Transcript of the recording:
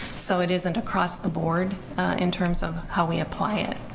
so it isn't across the board in terms of how we apply it.